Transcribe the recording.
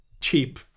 cheap